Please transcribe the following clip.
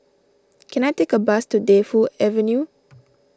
can I take a bus to Defu Avenue